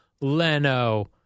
Leno